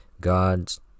gods